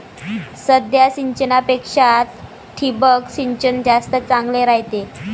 साध्या सिंचनापेक्षा ठिबक सिंचन जास्त चांगले रायते